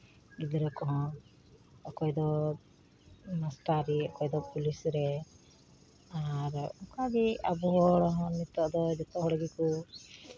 ᱜᱤᱫᱽᱨᱟᱹ ᱠᱚᱦᱚᱸ ᱚᱠᱚᱭᱫᱚ ᱢᱟᱥᱴᱟᱨᱤ ᱚᱠᱚᱭ ᱫᱚ ᱯᱩᱞᱤᱥ ᱨᱮ ᱟᱨ ᱚᱱᱠᱟᱜᱮ ᱟᱵᱚ ᱦᱚᱲ ᱦᱚᱸ ᱱᱤᱛᱚᱜ ᱫᱚ ᱡᱚᱛᱚ ᱦᱚᱲ ᱜᱮᱠᱚ